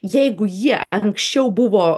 jeigu jie anksčiau buvo